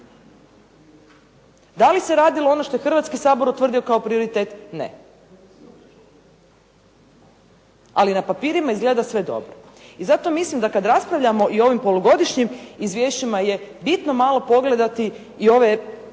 Da li se radilo ono što je Hrvatski sabor utvrdio kao prioritet? Ne. Ali na papirima izgleda sve dobro i zato mislim da kad raspravljamo i o ovim polugodišnjim izvješćima je bitno malo pogledati i ove